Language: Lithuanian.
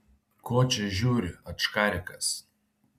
ko čia žiūri ačkarikas